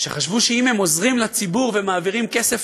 שחשבו שאם הם עוזרים לציבור ומעבירים כסף